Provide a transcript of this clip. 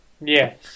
yes